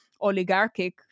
oligarchic